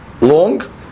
long